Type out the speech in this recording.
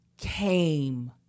came